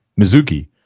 Mizuki